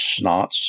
snots